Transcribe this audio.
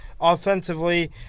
offensively